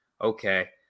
okay